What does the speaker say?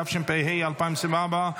התשפ"ה 2024,